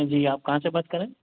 जी आप कहाँ से बात कर रहे हैं